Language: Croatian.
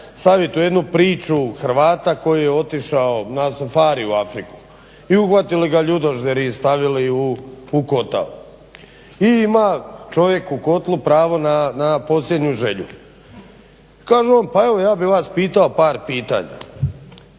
staviti u jednu priču Hrvata koji je otišao na safari u Afriku, i uhvatili ga ljudožderi i stavili u kotao. I ima čovjek u kotlu pravo na posljednju želju. Kaže on pa evo ja bih vas pitao par pitanja.